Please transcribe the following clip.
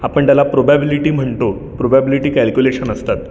आपण त्याला प्रोबॅबिलिटी म्हणतो प्रोबॅबिलिटी कॅलक्युलेशन असतात